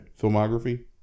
filmography